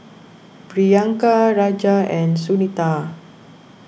Priyanka Raja and Sunita